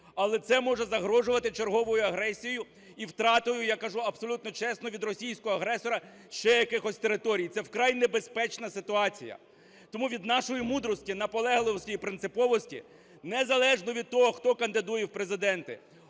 але це може загрожувати черговою агресію і втратою, я кажу абсолютно чесно, від російського агресора ще якихось територій. Це вкрай небезпечна ситуація. Тому від нашої мудрості, наполегливості і принциповості, незалежно від того, хто кандидує в Президенти,